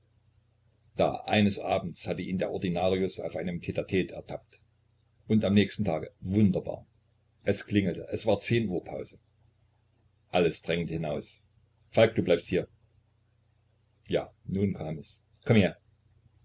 da eines abends hatte ihn der ordinarius auf einem tte tte ertappt und am nächsten tage wunderbar es klingelte es war zehn uhr pause alles drängte hinaus falk du bleibst hier ja nun kam es komm her